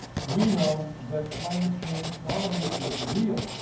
we know that climate change not only is real,